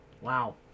wow